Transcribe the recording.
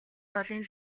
голын